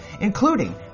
including